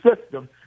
system